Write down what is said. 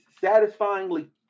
satisfyingly